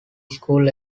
school